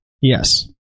Yes